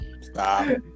Stop